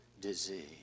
Disease